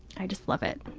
i just love it.